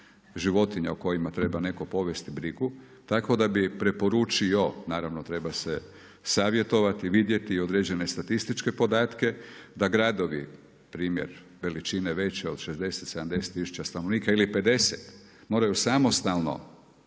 životinja o kojima treba netko povesti brigu, tako da bi preporučio, naravno treba se savjetovati, vidjeti i određene statističke podatke, da grade, primjer veličine veće od 60, 70 tisuća stanovnika ili 50, moraju samostalno